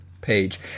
page